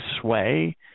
sway